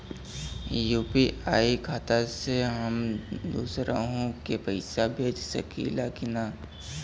UPI खाता से हम दुसरहु के पैसा भेज सकीला की ना?